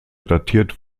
datiert